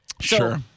Sure